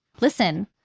listen